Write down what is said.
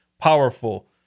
powerful